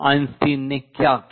Einstein ने क्या किया